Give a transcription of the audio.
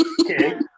Okay